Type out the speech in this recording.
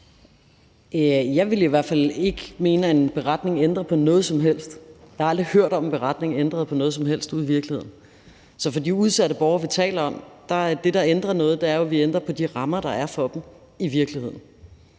Jeg ville i hvert fald ikke mene, at en beretning ændrer på noget som helst. Jeg har aldrig hørt om, at en beretning ændrede på noget som helst ude i virkeligheden. Så for de udsatte borgere, vi taler om, er det, der ændrer noget, at vi jo ændrer på de rammer, der er for dem i virkeligheden.